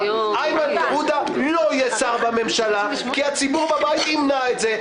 איימן עודה לא יהיה שר בממשלה כי הציבור בבית ימנע את זה.